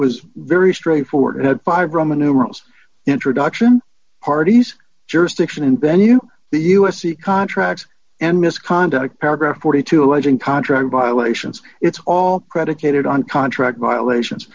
was very straightforward had five roman numerals introduction parties jurisdiction and venue the u s c contract and misconduct paragraph forty two dollars alleging contract violations it's all predicated on contract violations